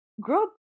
grow